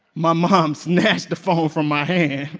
my mom snatched the phone from my hand.